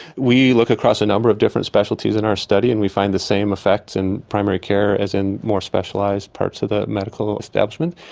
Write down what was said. we look across a number of different specialties in our study and we find the same effects in primary care as in more specialised parts of the medical establishment.